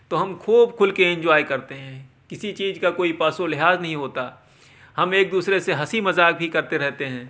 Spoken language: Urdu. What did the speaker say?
تو ہم خوب کُھل کے انجوائے کرتے ہیں کسی چیز کا کوئی پاس و لحاظ نہیں ہوتا ہم ایک دوسرے سے ہنسی مذاق بھی کرتے رہتے ہیں